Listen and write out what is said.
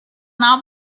not